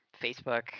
Facebook